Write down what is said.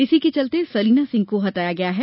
इसी के चलते सलीना सिंह को हटाया गया है